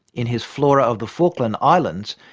in his flora of the falkland islands,